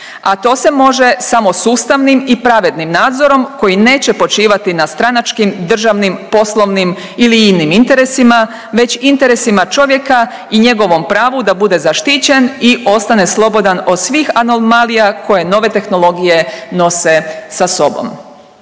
a to se može samo sustavnim i pravednim nadzorom koji neće počivati na stranačkim, državnim, poslovnim ili inim interesima, već interesima čovjeka i njegovom pravu da bude zaštićen i ostane slobodan od svih anomalija koje nove tehnologije nose sa sobom.